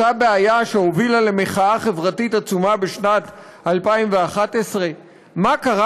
אותה בעיה שהביאה למחאה חברתית עצומה בשנת 2011. מה קרה